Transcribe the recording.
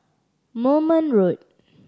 Moulmein Road